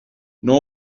nor